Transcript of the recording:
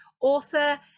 author